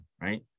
right